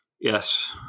Yes